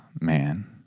man